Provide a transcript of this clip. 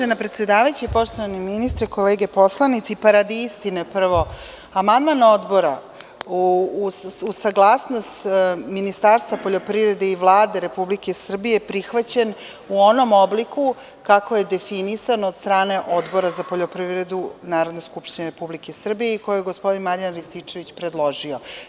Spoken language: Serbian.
Uvažena predsedavajuća, poštovani ministre kolege poslanici, pa radi istine prvo, amandman Odbora uz saglasnost Ministarstva poljoprivrede i Vlade Republike Srbije prihvaćen je u onom obliku kako je definisan od strane Odbora za poljoprivredu Narodne skupštine Republike Srbije i koji je gospodin Marijan Rističević predložio.